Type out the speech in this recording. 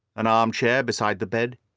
an armchair beside the bed,